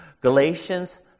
Galatians